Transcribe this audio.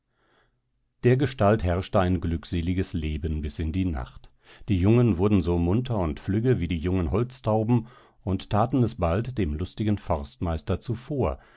dergestalt herrschte ein glückseliges leben bis in die nacht die jungen wurden so munter und flügge wie die jungen holztauben und taten es bald dem lustigen forstmeister zuvor